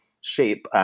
shape